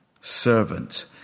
servant